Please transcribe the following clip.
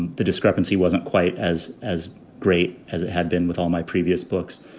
the discrepancy wasn't quite as as great as it had been with all my previous books,